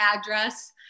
address